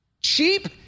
cheap